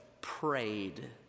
prayed